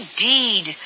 Indeed